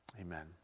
Amen